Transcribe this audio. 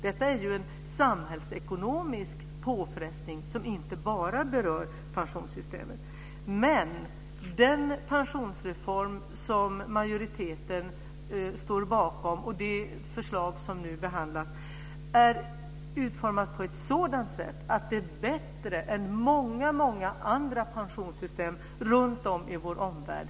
Detta är ju en samhällsekonomisk påfrestning som inte bara berör pensionssystemet. Men den pensionsreform som majoriteten står bakom och det förslag som nu behandlas är utformat på ett sådant sätt att det är bättre än många andra pensionssystem runt om i vår omvärld.